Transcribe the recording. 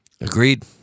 Agreed